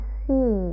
see